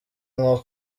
nko